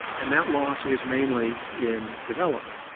and that loss is mainly in development.